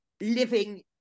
living